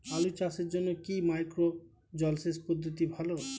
আলু চাষের জন্য কি মাইক্রো জলসেচ পদ্ধতি ভালো?